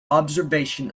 observation